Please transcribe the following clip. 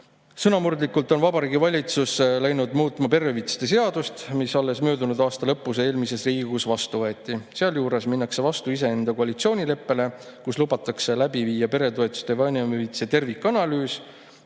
Sõnamurdlikult on Vabariigi Valitsus läinud muutma perehüvitiste seadust, mis alles möödunud aasta lõpus eelmises Riigikogus vastu võeti. Sealjuures minnakse vastu iseenda koalitsioonileppele, kus lubatakse läbi viia peretoetuste ja vanemahüvitise tervikanalüüs.